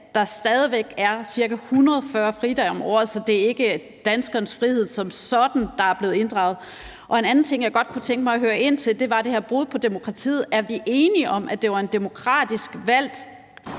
der stadig væk er ca. 140 fridage om året, så det ikke er danskernes frihed som sådan, der er blevet inddraget. En anden ting, jeg godt kunne tænke mig at høre ind til, er det her brud på demokratiet. Er vi enige om, at det var en demokratisk valgt